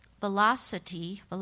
velocity